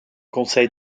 conseil